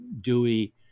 Dewey